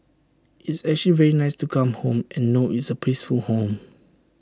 it's actually very nice to come home and know it's A peaceful home